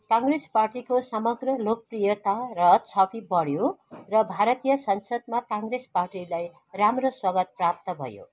काङ्ग्रेस पार्टीको समग्र लोकप्रियता र छवि बढ्यो र भारतीय संसदमा काङ्ग्रेस पार्टीलाई राम्रो स्वागत प्राप्त भयो